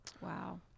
Wow